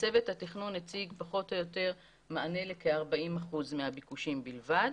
צוות התכנון הציג פחות או יותר מענה לכ-40 אחוזים מהביקושים בלבד,